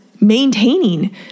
maintaining